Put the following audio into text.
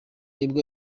nibwo